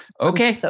Okay